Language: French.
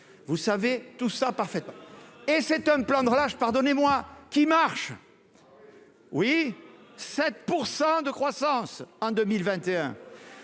vous savez tout ça parfaitement et cet homme plein de relâche, pardonnez-moi, qui marche. Oui 7 % de croissance en 2021